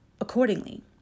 accordingly